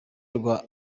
rwa